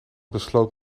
besloot